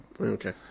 Okay